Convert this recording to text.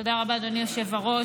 תודה רבה, אדוני היושב-ראש.